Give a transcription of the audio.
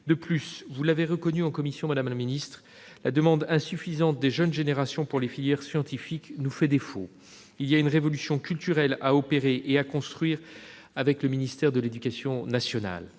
De plus, vous l'avez reconnu en commission, madame la ministre, la demande insuffisante des jeunes générations pour les filières scientifiques nous fait défaut : il y a une révolution culturelle à opérer et à construire avec le ministère de l'éducation nationale.